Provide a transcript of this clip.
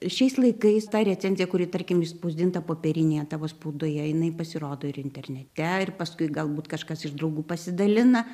šiais laikais tą recenziją kuri tarkim išspausdinta popierinėje tavo spaudoje jinai pasirodo ir internete ir paskui galbūt kažkas iš draugų pasidalina